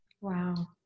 Wow